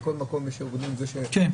בכל מקום יש ארגונים שמייצגים,